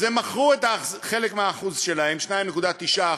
אז הם מכרו חלק מהאחוזים שלהם, 2.29%,